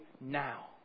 now